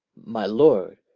my lord,